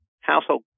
household